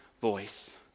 voice